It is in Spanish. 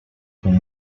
con